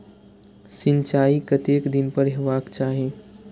सिंचाई कतेक दिन पर हेबाक चाही?